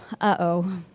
Uh-oh